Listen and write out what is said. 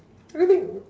really